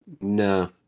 no